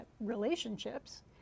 relationships